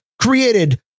created